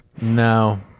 No